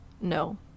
No